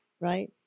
right